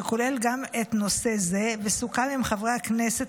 שכולל גם את הנושא הזה,